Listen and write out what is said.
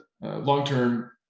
long-term